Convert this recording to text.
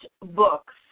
books